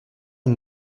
une